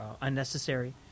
unnecessary